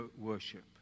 worship